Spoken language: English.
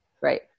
Right